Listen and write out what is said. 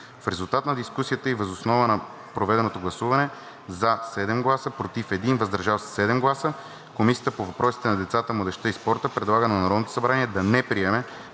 В резултат на дискусията и въз основа на проведеното гласуване: „за“ – 7 гласа, „против“ – 1 и „въздържал се“ – 7 гласа, Комисията по въпросите на децата, младежта и спорта предлага на Народното събрание да не приеме